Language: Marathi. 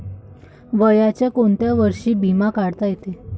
वयाच्या कोंत्या वर्षी बिमा काढता येते?